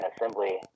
assembly